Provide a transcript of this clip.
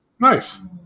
Nice